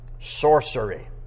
Sorcery